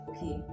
Okay